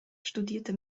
studierte